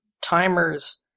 timers